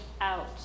out